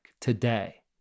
today